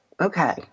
Okay